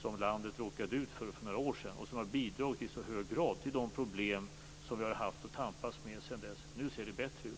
som landet råkade ut för för några år sedan och som i så hög grad har bidragit till de problem som vi sedan dess har haft att tampas med. Nu ser det bättre ut.